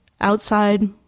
outside